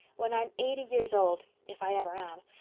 when i'm eighty years old. if i ever am.